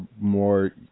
more